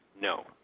no